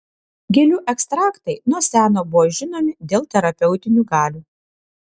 gėlių ekstraktai nuo seno buvo žinomi dėl terapeutinių galių